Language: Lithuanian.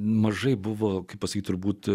mažai buvo kaip pasakyti turbūt